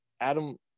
Adam